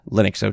Linux